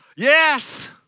Yes